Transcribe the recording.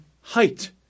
height